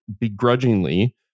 begrudgingly